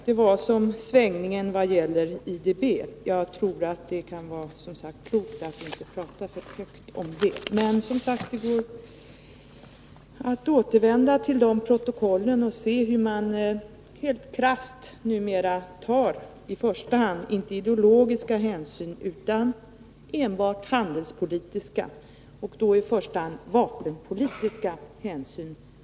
Det var som svängningen beträffande IDB. Jag tror alltså att det kan vara klokt att inte prata för högt om detta. Men det går att återvända till protokollen och se hur man numera vad gäller Östtimor helt krasst tar inte i första hand ideologiska hänsyn utan enbart handelspolitiska och då främst vapenpolitiska hänsyn.